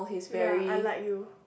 ya unlike you